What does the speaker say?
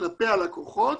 כלפי הלקוחות,